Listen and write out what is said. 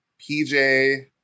PJ